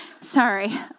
Sorry